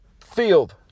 field